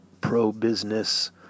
pro-business